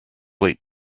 late